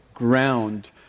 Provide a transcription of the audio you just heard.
Ground